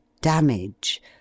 damage